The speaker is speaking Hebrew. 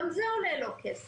גם זה עולה לו כסף.